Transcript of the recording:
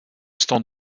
stand